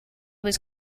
was